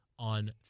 on